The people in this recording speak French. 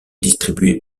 distribué